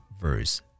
verse